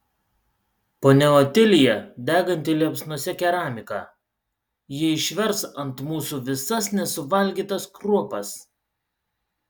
ponia otilija deganti liepsnose keramika ji išvers ant mūsų visas nesuvalgytas kruopas